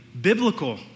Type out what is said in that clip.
biblical